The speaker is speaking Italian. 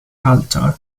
culture